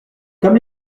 comme